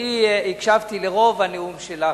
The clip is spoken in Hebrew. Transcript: אני הקשבתי לרוב הנאום שלך,